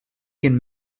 can